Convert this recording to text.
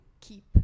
keep